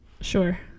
Sure